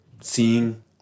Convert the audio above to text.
seeing